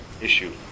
issue